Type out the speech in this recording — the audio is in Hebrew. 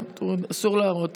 אסור להראות